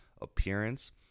appearance